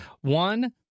One